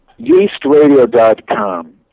Yeastradio.com